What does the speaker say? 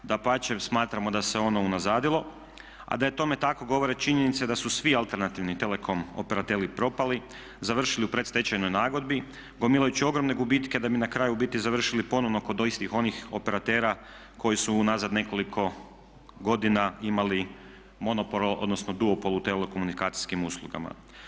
Dapače smatramo da se ono unazadilo, a da je tome tako govore činjenice da su svi alternativni telekom operateri propali, završili u predstečajnoj nagodbi gomilajući ogromne gubitke da bi na kraju u biti završili ponovno kod istih onih operatera koji su unazad nekoliko godina imali monopol odnosno duopol u telekomunikacijskim uslugama.